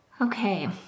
Okay